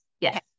yes